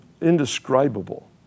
indescribable